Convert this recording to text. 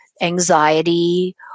anxiety